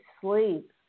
sleep